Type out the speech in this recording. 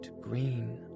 green